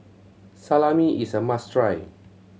salami is a must try